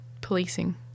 policing